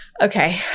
Okay